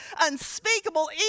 unspeakable